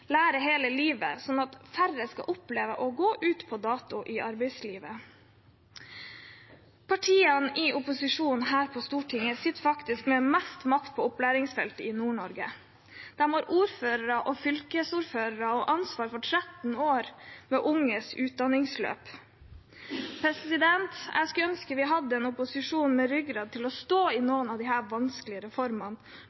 Lære hele livet, slik at færre skal oppleve å gå ut på dato i arbeidslivet. Partiene i opposisjon her på Stortinget sitter faktisk med mest makt på opplæringsfeltet i Nord-Norge. De har ordførere og fylkesordførere og ansvar for 13 år med unges utdanningsløp. Jeg skulle ønske vi hadde en opposisjon med ryggrad til å stå i